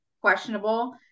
questionable